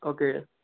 okay